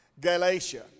Galatia